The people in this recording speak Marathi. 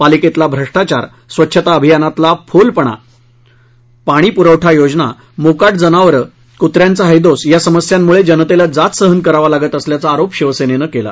पालिकेतला भ्रष्टाचार स्वच्छता अभियानातला फीलपणा पाणी पूरवठा योजना मोकाट जनावरे कृत्र्यांचा हैदोस या समस्यांमुळे जनतेला जाच सहन करावा लागत असल्याचा आरोप शिवसेनेन केला